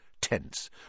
tense